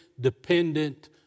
dependent